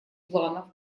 планов